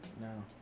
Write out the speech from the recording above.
No